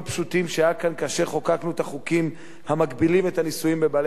שהיו כאן כאשר חוקקנו את החוקים המגבילים את הניסויים בבעלי-חיים,